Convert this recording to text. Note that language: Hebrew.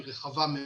היא רחבה מאוד,